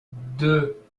deux